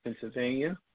Pennsylvania